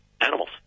animals